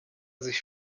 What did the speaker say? sich